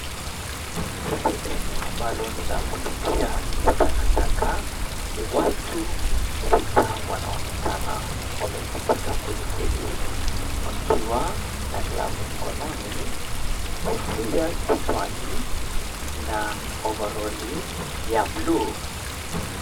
Sehemu ambalo ni la kutupia taka, watu sita wanaonekana wamejikinga kwelikweli wakiwa na glavu mkononi, kofia kichwani na ovaroli ya buluu.